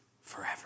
forever